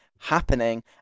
happening